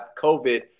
COVID